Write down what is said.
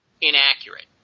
inaccurate